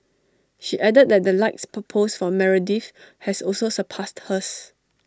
she added that the likes per post for Meredith has also surpassed hers